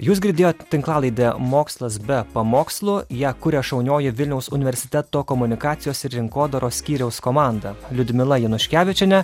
jūs girdėjot tinklalaidę mokslas be pamokslų ją kuria šaunioji vilniaus universiteto komunikacijos ir rinkodaros skyriaus komanda liudmila januškevičienė